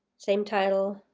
same title,